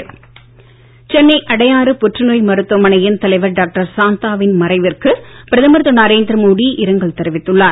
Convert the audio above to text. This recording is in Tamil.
டாக்டர் சாந்தா சென்னை அடையாறு புற்றுநோய் மருத்துவமனையின் தலைவர் டாக்டர் சாந்தாவின் மறைவிற்கு பிரதமர் திரு நரேந்திர மோடி இரங்கல் தெரிவித்துள்ளார்